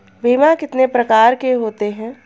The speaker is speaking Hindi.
बीमा कितने प्रकार के होते हैं?